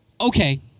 Okay